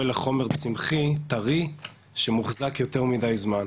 לחומר צמחי טרי שמוחזק יותר מידי זמן.